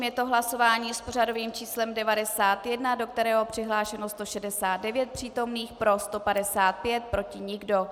Je to hlasování s pořadovým číslem 91, do kterého je přihlášeno 169 přítomných, pro 155, proti nikdo.